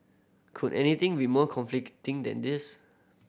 could anything be more conflicting than this